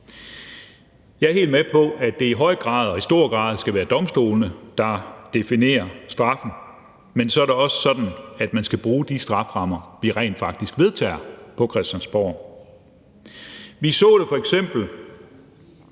Jeg er helt med på, at det i høj grad skal være domstolene, der definerer straffen, men så er det også sådan, at man skal bruge de strafferammer, vi rent faktisk vedtager på Christiansborg. Vi så f.eks.